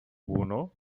uno